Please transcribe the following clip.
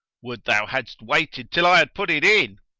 would thou hadst waited till i had put it in!